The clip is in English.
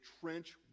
trench